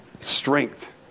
strength